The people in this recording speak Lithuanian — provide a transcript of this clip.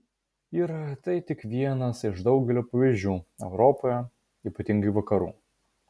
ir tai tik vienas iš daugelio pavyzdžių europoje ypatingai vakarų